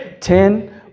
ten